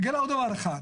עוד דבר אחד,